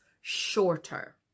shorter